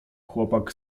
chłopak